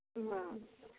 ᱦᱮᱸ